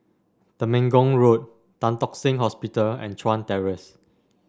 Temenggong Road Tan Tock Seng Hospital and Chuan Terrace